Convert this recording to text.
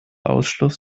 ausschluss